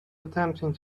attempting